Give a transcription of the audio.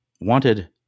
wanted